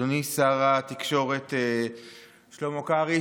אדוני שר התקשורת שלמה קרעי,